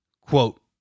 Quote